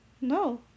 No